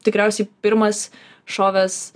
tikriausiai pirmas šovęs